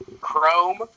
Chrome